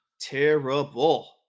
terrible